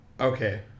okay